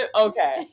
okay